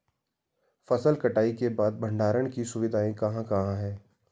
फसल कटाई के बाद भंडारण की सुविधाएं कहाँ कहाँ हैं?